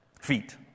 feet